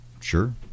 sure